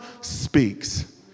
speaks